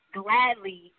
gladly